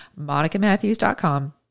monicamatthews.com